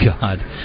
God